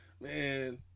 Man